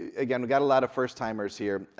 ah again, we got a lot of first-timers here.